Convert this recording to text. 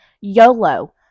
YOLO